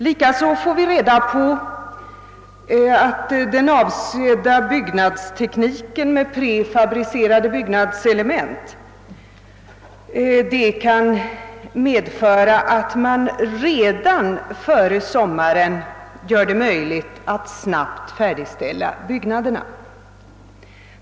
Likaså får vi reda på att den avsedda byggnadstekniken med prefabricerade byggnadselement kan medföra att det redan före sommaren blir möjligt att snabbt färdigställa byggnaderna.